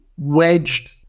wedged